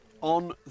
on